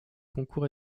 concours